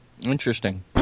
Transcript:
Interesting